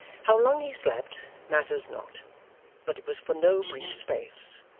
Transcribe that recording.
how long he slept, matters not but it was for no brief space,